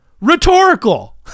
Rhetorical